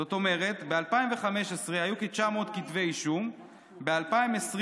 זאת אומרת, ב-2015 היו כ-900 כתבי אישום, וב-2020,